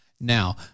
Now